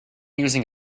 using